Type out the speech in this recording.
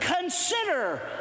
consider